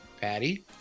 Patty